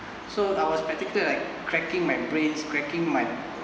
so I was practical like cracking my brain cracking my